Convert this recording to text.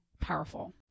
powerful